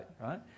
right